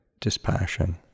dispassion